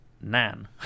Nan